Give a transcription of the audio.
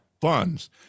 funds